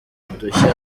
udushya